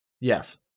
Yes